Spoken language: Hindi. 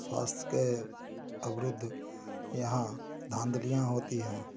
स्वास्थ्य के अवरुद्ध यहाँ धाँधलियाँ होती हैं